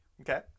Okay